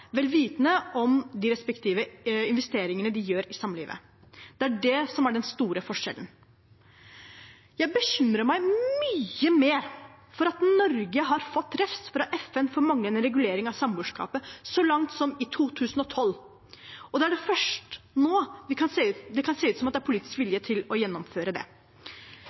vel vitende om de respektive investeringene de gjør i samlivet. Det er det som er den store forskjellen. Jeg bekymrer meg mye mer for at Norge har fått refs fra FN for manglende regulering av samboerskapet, så langt tilbake som i 2012, og det er først nå det kan se ut til at det er politisk vilje til å gjennomføre det.